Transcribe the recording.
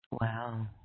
Wow